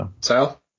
Sal